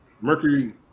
Mercury